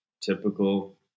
typical